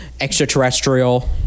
extraterrestrial